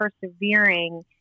persevering